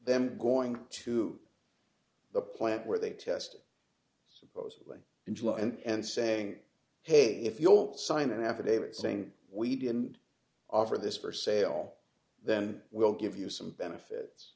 them going to the plant where they tested supposedly in july and saying hey if you'll sign an affidavit d saying we didn't offer this for sale then we'll give you some benefits